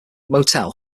motel